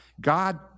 God